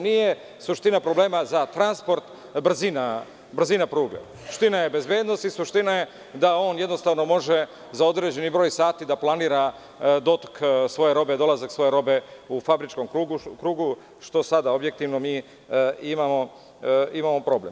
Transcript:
Nije suština problema za transport brzina pruge, suština je bezbednost i suština je da on jednostavno može za određeni broj sati da planira dotok svoje robe, dolazak svoje robe u fabričkom krugu što sad objektivno mi imamo problem.